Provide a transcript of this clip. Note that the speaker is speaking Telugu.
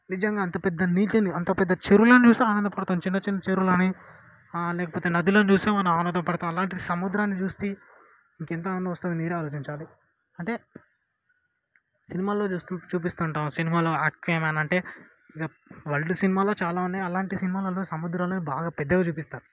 నిజంగా అంత పెద్ద నీతిని అంత పెద్ద చెరువులను చూసి ఆనందపడతాం చిన్న చిన్న చెరువులనీ లేకపోతే నదులను చూస్తే మనం ఆనందపడతాం అలాంటిది సముద్రాన్ని చూస్తే ఇంకెంత ఆనందం వస్తుంది మీరే ఆలోచించాలి అంటే సినిమాల్లో చూస్తాం చూపిస్తుంటాం సినిమాలో ఆక్వేమ్యాన్ అంటే ఇక వల్డ్ సినిమాల్లో చాలా ఉన్నాయి అలాంటి సినిమాలల్లో సముద్రమనేది బాగా పెద్దవిగా చూపిస్తారు